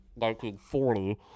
1940